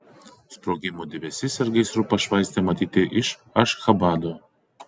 sprogimų debesis ir gaisrų pašvaistė matyti iš ašchabado